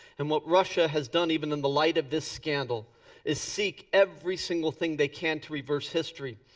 and what russia has done even in the light of this scandal is seek every single thing they can to reverse history.